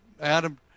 Adam